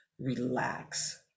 relax